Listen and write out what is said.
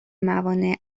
موانع